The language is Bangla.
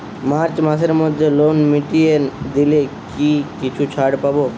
মার্চ মাসের মধ্যে লোন মিটিয়ে দিলে কি কিছু ছাড় পাব?